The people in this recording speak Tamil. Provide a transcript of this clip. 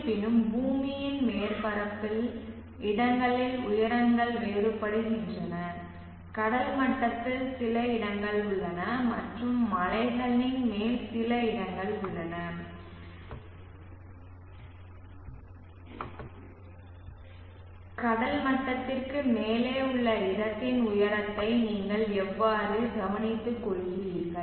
இருப்பினும் பூமியின் மேற்பரப்பில் இடங்களின் உயரங்கள் வேறுபடுகின்றன கடல் மட்டத்தில் சில இடங்கள் உள்ளன மற்றும் மலைகளின் மேல் சில இடங்கள் உள்ளன கடல் மட்டத்திற்கு மேலே உள்ள இடத்தின் உயரத்தை நீங்கள் எவ்வாறு கவனித்துக்கொள்கிறீர்கள்